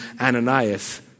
Ananias